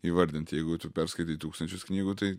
įvardint jeigu tu perskaitai tūkstančius knygų tai